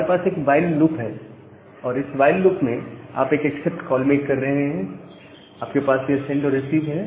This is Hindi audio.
हमारे पास एक व्हाईल लूप है और इस व्हाईल लूप में आप एक एक्सेप्ट कॉल मेक कर रहे हैं आपके पास यह सेंड और रिसीव है